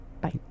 Bye